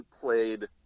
played